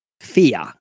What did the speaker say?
fear